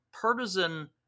Partisan